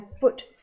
foot